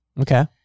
Okay